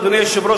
אדוני היושב-ראש,